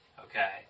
okay